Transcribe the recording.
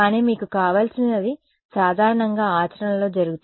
కానీ మీకు కావలసినది సాధారణంగా ఆచరణలో జరుగుతుంది